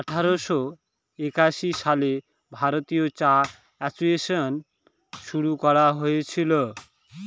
আঠারোশো একাশি সালে ভারতীয় চা এসোসিয়েসন শুরু করা হয়েছিল